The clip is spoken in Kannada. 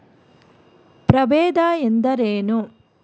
ಪ್ರಭೇದ ಎಂದರೇನು?